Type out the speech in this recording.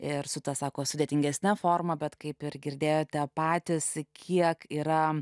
ir su ta sako sudėtingesne forma bet kaip ir girdėjote patys kiek yra